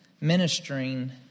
ministering